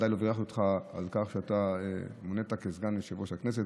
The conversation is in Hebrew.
בוודאי שלא בירכתי אותך על כך שאתה מונית כסגן יושב-ראש הכנסת,